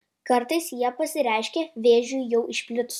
kartais jie pasireiškia vėžiui jau išplitus